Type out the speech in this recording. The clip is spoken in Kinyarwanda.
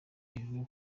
rivuga